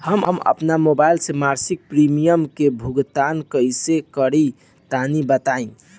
हम आपन मोबाइल से मासिक प्रीमियम के भुगतान कइसे करि तनि बताई?